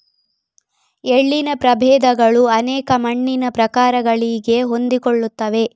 ಎಳ್ಳಿನ ಪ್ರಭೇದಗಳು ಅನೇಕ ಮಣ್ಣಿನ ಪ್ರಕಾರಗಳಿಗೆ ಹೊಂದಿಕೊಳ್ಳುತ್ತವೆ